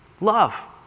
love